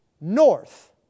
north